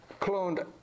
cloned